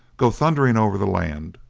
go thundering over the land,